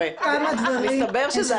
אז אני חושבת שמן הסתם היה מצופה שתבדקו.